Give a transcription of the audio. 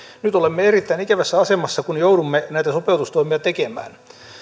nyt olemme erittäin ikävässä asemassa kun joudumme näitä sopeutustoimia tekemään